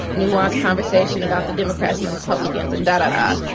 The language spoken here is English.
nuanced conversation about the democrats and the republicans, and da-da-da.